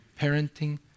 parenting